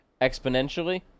exponentially